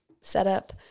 setup